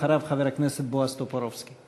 אחריו, חבר הכנסת בועז טופורובסקי.